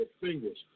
fingers